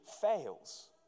fails